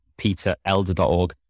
peterelder.org